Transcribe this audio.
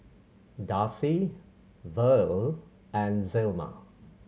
Darcie Verle and Zelma